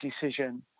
decision